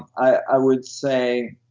i would say